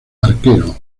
arquero